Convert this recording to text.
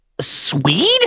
Swede